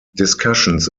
discussions